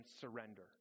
surrender